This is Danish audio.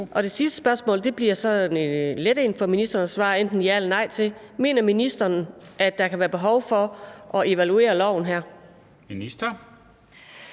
Det sidste spørgsmål bliver så let for ministeren at svare enten ja eller nej til: Mener ministeren, at der kan være behov for at evaluere den her lov? Kl.